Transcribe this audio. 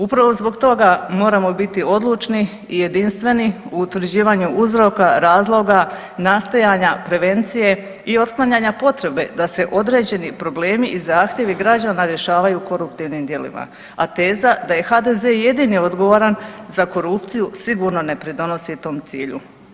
Upravo zbog toga moramo biti odlučni i jedinstveni u utvrđivanju uzroka razloga nastajanje prevencije i otklanjanja potrebe da se određeni problemi i zahtjevi građana rješavaju koruptivnim djelima, a teza da je HDZ jedini odgovoran za korupciju sigurno ne pridonosi tom cilju.